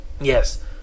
Yes